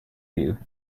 you